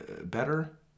better